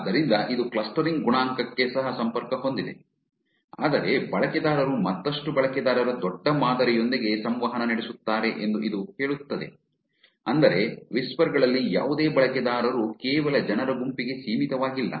ಆದ್ದರಿಂದ ಇದು ಕ್ಲಸ್ಟರಿಂಗ್ ಗುಣಾಂಕಕ್ಕೆ ಸಹ ಸಂಪರ್ಕ ಹೊಂದಿದೆ ಆದರೆ ಬಳಕೆದಾರರು ಮತ್ತಷ್ಟು ಬಳಕೆದಾರರ ದೊಡ್ಡ ಮಾದರಿಯೊಂದಿಗೆ ಸಂವಹನ ನಡೆಸುತ್ತಾರೆ ಎಂದು ಇದು ಹೇಳುತ್ತದೆ ಅಂದರೆ ವಿಸ್ಪರ್ ಗಳಲ್ಲಿ ಯಾವುದೇ ಬಳಕೆದಾರರು ಕೇವಲ ಜನರ ಗುಂಪಿಗೆ ಸೀಮಿತವಾಗಿಲ್ಲ